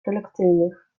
prelekcyjnych